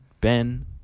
Ben